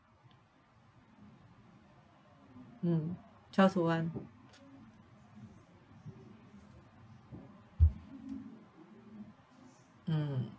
mm twelve to one mm